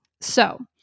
So-